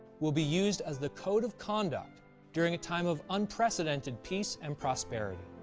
will be used as the code of conduct during a time of unprecedented peace and prosperity.